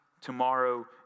tomorrow